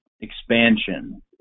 expansion